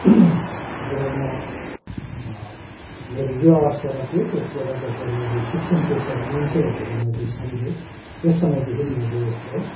जब म मेरो युवा अवस्थामा थिएँ त्यस बेला जसमा मैले शिक्षण पेसा लिन्छु भनेर मैले सम्झिएँ त्यस समयदेखि मैले यसलाई